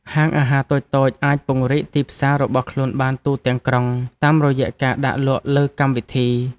ហាងអាហារតូចៗអាចពង្រីកទីផ្សាររបស់ខ្លួនបានទូទាំងក្រុង តាមរយៈការដាក់លក់លើកម្មវិធី។